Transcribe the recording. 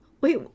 wait